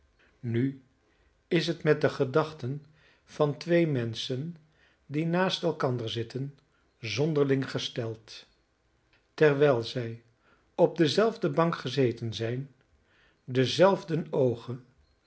nu is het met de gedachten van twee menschen die naast elkander zitten zonderling gesteld terwijl zij op dezelfde bank gezeten zijn dezelfde oogen